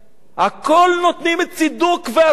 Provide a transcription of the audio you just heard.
הכול נותנים צידוק והסברה.